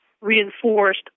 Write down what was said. reinforced